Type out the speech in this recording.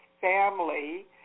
family